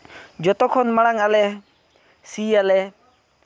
ᱡᱚᱛᱚᱠᱷᱚᱱ ᱢᱟᱲᱟᱝ ᱟᱞᱮ ᱥᱤᱭᱟᱞᱮ